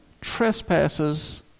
trespasses